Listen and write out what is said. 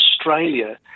Australia